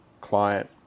client